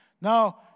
Now